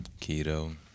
Keto